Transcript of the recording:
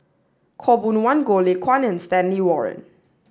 Khaw Boon Wan Goh Lay Kuan and Stanley Warren